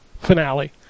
finale